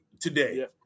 Today